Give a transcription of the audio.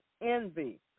envy